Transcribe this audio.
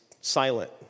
silent